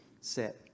set